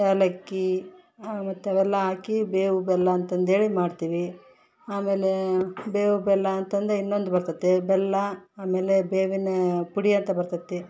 ಏಲಕ್ಕಿ ಮತ್ತು ಅವೆಲ್ಲ ಹಾಕಿ ಬೇವು ಬೆಲ್ಲ ಅಂತಂದೇಳಿ ಮಾಡ್ತೀವಿ ಆಮೇಲೆ ಬೇವು ಬೆಲ್ಲ ಅಂತಂದು ಇನ್ನೊಂದು ಬರ್ತದೆ ಬೆಲ್ಲ ಆಮೇಲೆ ಬೇವಿನ ಪುಡಿ ಅಂತ ಬರ್ತೈತಿ